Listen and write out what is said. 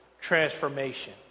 transformation